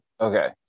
Okay